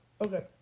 Okay